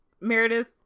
Meredith